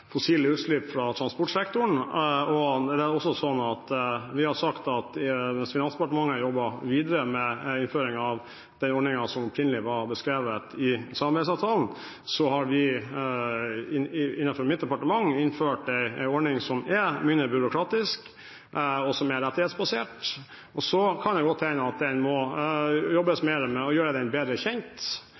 fossile utslipp fra transportsektoren. Vi har sagt at hvis Finansdepartementet har jobbet videre med innføringen av den ordningen som opprinnelig var beskrevet i samarbeidsavtalen, så har vi innenfor mitt departement innført en ordning som er mindre byråkratisk, og som er rettighetsbasert. Så kan det godt hende at den må jobbes mer med og gjøres bedre kjent